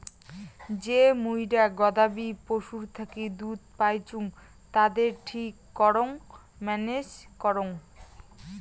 যে মুইরা গবাদি পশুর থাকি দুধ পাইচুঙ তাদের ঠিক করং ম্যানেজ করং